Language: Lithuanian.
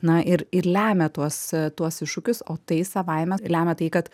na ir ir lemia tuos tuos iššūkius o tai savaime lemia tai kad